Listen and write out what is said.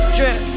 Drip